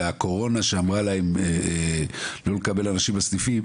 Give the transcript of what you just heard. אלא הקורונה שאמרה להם לא לקבל אנשים לסניפים,